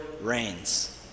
reigns